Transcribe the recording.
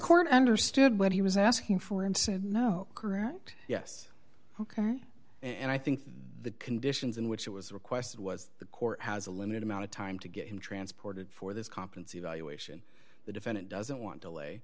court understood what he was asking for and said no correct yes ok and i think the conditions in which it was requested was the court has a limited amount of time to get him transported for this competency evaluation the defendant doesn't want to lay